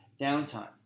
downtime